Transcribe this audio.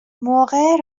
موقع